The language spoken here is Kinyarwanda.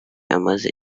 amaze